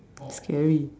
scary